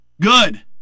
Good